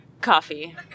Coffee